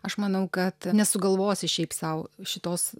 aš manau kad nesugalvosi šiaip sau šitos